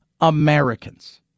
Americans